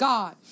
God